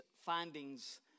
findings